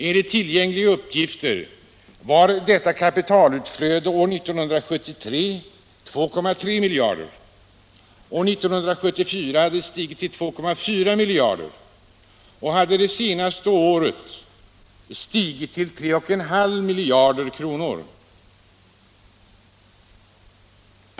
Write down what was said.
Enligt tillgängliga uppgifter uppgick detta kapitalutflöde år 1973 till 2,3 miljarder och år 1974 till 2,4 miljarder, och det senaste året hade det stigit till 3,5 miljarder kronor.